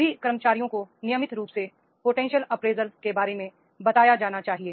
सभी कर्मचारियों को नियमित रूप से पोटेंशियल अप्रेजल के बारे में बताया जाना चाहिए